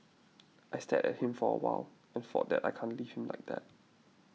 I stared at him for a while and thought that I can't leave him like that